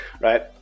right